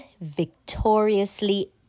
victoriously